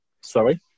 Sorry